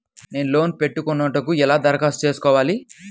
నేను లోన్ పెట్టుకొనుటకు ఎలా దరఖాస్తు చేసుకోవాలి?